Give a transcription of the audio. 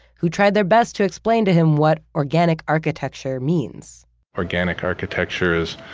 who tried their best to explain to him what organic architecture means organic architecture is